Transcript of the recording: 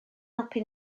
helpu